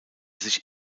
sich